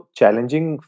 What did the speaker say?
challenging